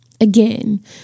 Again